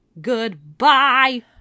Goodbye